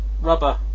Rubber